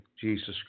Jesus